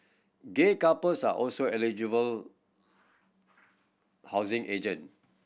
gay couples are also eligible housing agent